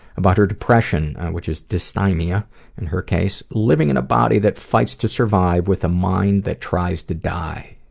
about her depression, which is dysthymia in her case, living in a body that fights to survive with a mind that tries to die.